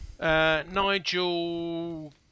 Nigel